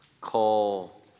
call